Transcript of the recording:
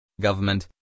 government